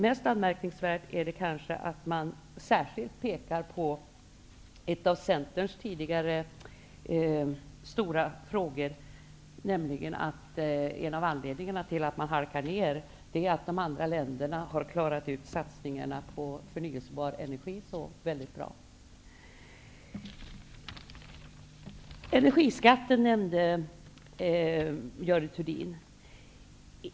Mest anmärkningsvärt är att institutet särskilt pekar på en av Centerns tidigare stora frågor, nämligen det faktum att en av anledningarna till att Sverige har halkat ner på listan är att de andra länderna har klarat ut satsningarna på förnyelsebar energi på ett bra sätt. Görel Thurdin nämnde energiskatten.